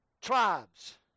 tribes